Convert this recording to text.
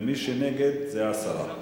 ומי שנגד, זה הסרה.